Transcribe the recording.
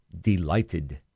delighted